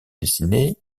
dessinée